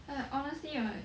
I honestly right